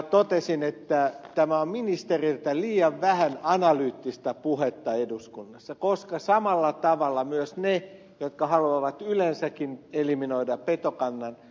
totesin että tämä on ministeriltä liian vähän analyyttista puhetta eduskunnassa koska samalla tavalla puhuvat myös he jotka haluavat yleensäkin eliminoida petokannan